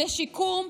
לשיקום,